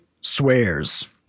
swears